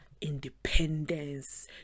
independence